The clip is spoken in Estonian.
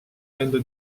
nende